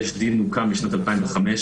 יש דין הוקם בשנת 2005,